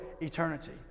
eternity